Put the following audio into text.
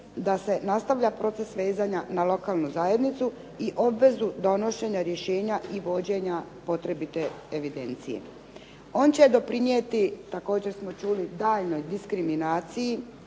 da se nastavlja proces vezanja na lokalnu zajednicu i obvezu donošenja rješenja i vođenja potrebite evidencije. On će doprinijeti, također smo čuli, tajnoj diskriminaciji,